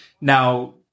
Now